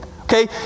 okay